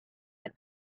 and